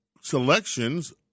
selections